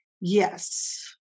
Yes